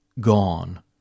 gone